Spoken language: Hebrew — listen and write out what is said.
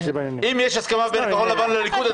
אם יש הסכמה בין כחול לבן לליכוד,